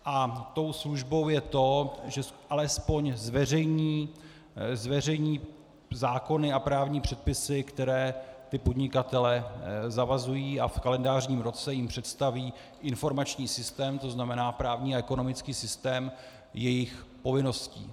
A tou službou je to, že alespoň zveřejní zákony a právní předpisy, které podnikatele zavazují, a v kalendářním roce jim představí informační systém, to znamená právní a ekonomický systém jejich povinností.